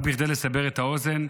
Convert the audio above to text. רק כדי לסבר את האוזן,